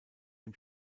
dem